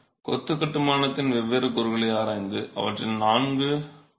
எனவே கொத்து கட்டுமானத்தின் வெவ்வேறு கூறுகளை ஆராய்ந்து அவற்றில் நான்கு